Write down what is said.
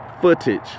footage